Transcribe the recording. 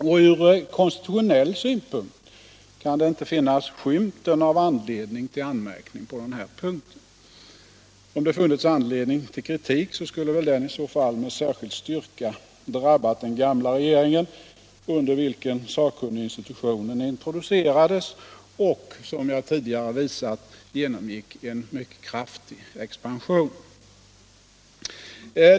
Och från konstitutionell synpunkt kan det inte finnas skymten av anledning till anmärkning på den här punkten. Om det funnits anledning till kritik så skulle väl den i så fall med särskild styrka drabbat den gamla regeringen under vilken sakkunniginstitutionen introducerades och — som jag tidigare visat — genomgick en mycket kraftig expansion.